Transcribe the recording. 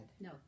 No